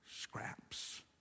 scraps